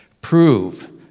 Prove